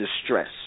distress